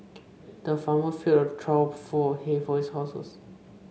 the farmer filled a trough full of hay for his horses